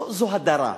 זו הדרה.